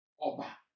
Oba